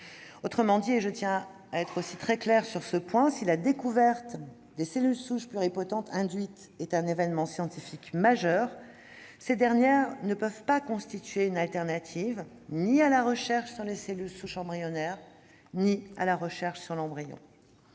Je tiens donc à être très claire aussi sur ce point : si la découverte des cellules souches pluripotentes induites a été un événement scientifique majeur, ces dernières ne peuvent offrir une alternative ni à la recherche sur les cellules souches embryonnaires ni à la recherche sur l'embryon.